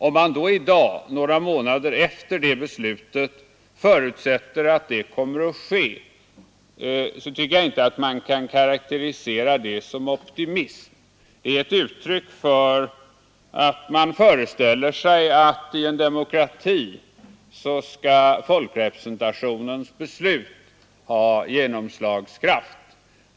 Om man då i dag, några månader efter det beslutet, förutsätter att så kommer att ske, tycker jag inte att man kan karakterisera det som optimism. Det är ett uttryck för att man i en demokrati föreställer sig att folkrepresentationens beslut skall ha genomslagskraft.